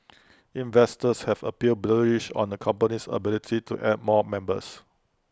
investors have appeared bullish on the company's ability to add more members